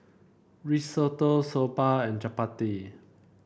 Risotto Soba and Chapati